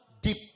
deep